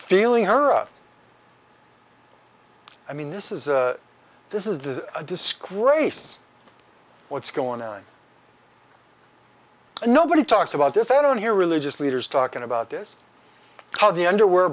feeling her i mean this is this is the disk race what's going on and nobody talks about this i don't hear religious leaders talking about this how the underwear